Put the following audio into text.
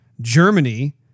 Germany